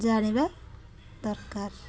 ଜାଣିବା ଦରକାର